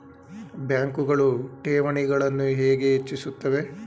ಬ್ಯಾಂಕುಗಳು ಠೇವಣಿಗಳನ್ನು ಹೇಗೆ ಹೆಚ್ಚಿಸುತ್ತವೆ?